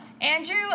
Andrew